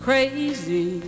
Crazy